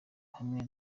hamwe